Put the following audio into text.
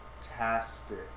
fantastic